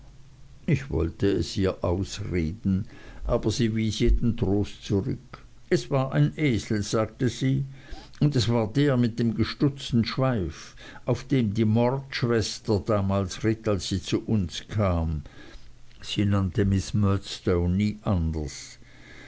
ich wollte es ihr ausreden aber sie wies jeden trost zurück es war ein esel sagte sie und es war der mit dem gestutzten schweif auf dem die mordschwester damals ritt als sie zu uns kam sie nannte miß murdstone nie anders